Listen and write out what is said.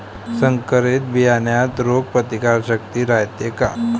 संकरित बियान्यात रोग प्रतिकारशक्ती रायते का?